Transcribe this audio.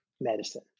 medicine